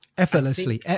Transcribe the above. Effortlessly